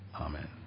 amen